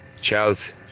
Charles